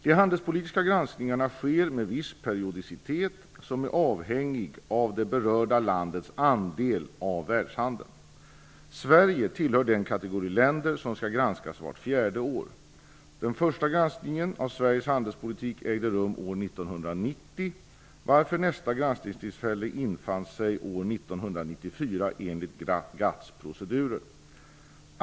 De handelspolitiska granskningarna sker med viss periodicitet som är avhängig av det berörda landets andel av världshandeln. Sverige tillhör den kategori länder som skall granskas vart fjärde år. Den första granskningen av Sveriges handelspolitik ägde rum år 1994 enligt GATT:s procedurer.